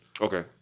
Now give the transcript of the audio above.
Okay